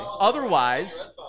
Otherwise